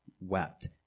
wept